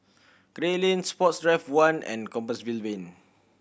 Gray Lane Sports Drive One and Compassvale Lane